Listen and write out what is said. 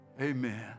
Amen